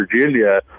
Virginia